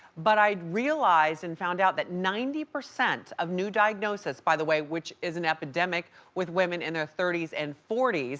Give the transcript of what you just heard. but i realized and found out that ninety percent of new diagnosis, by the way, which is an epidemic with women in their thirty s and forty s,